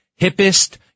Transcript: hippest